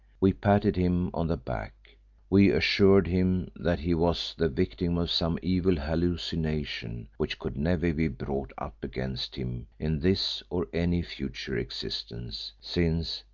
we patted him on the back we assured him that he was the victim of some evil hallucination which could never be brought up against him in this or any future existence, since,